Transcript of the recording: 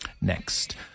next